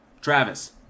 Travis